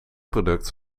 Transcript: product